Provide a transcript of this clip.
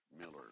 Miller